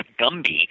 Gumby